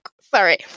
Sorry